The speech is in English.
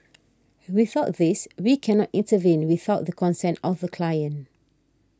without this we cannot intervene without the consent of the client